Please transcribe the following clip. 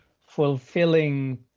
fulfilling